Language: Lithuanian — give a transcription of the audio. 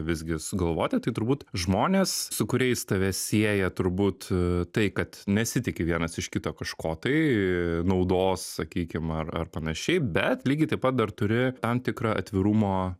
visgi sugalvoti tai turbūt žmonės su kuriais tave sieja turbūt tai kad nesitiki vienas iš kito kažko tai naudos sakykim ar ar panašiai bet lygiai taip pat dar turi tam tikrą atvirumo